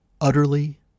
Utterly